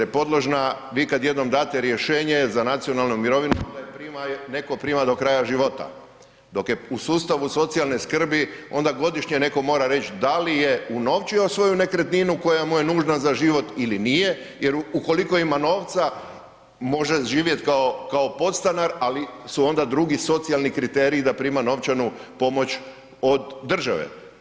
Vi kada jednom date rješenje za nacionalnu mirovinu onda je neko prima do kraja život dok je u sustavu socijalne skrbi onda godišnje neko mora reći da li je unovčio svoju nekretninu koja mu je nužna za život ili nije jer ukoliko ima novca može živjet kao podstanar, ali su ona drugi socijalni kriteriji da prima novčanu pomoć od države.